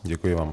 Děkuji vám.